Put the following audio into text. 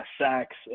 sacks